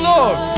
Lord